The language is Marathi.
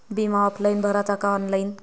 बिमा ऑफलाईन भराचा का ऑनलाईन?